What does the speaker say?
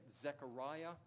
Zechariah